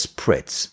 Spritz